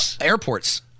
airports